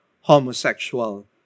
homosexual